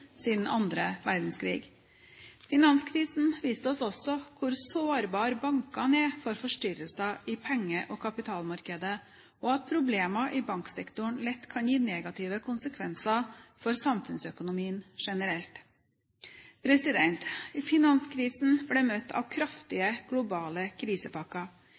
siden andre verdenskrig. Finanskrisen viste oss også hvor sårbare bankene er for forstyrrelser i penge- og kapitalmarkedet, og at problemer i banksektoren lett kan gi negative konsekvenser for samfunnsøkonomien generelt. Finanskrisen ble møtt av kraftige globale krisepakker.